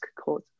cause